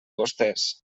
vostès